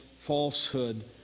falsehood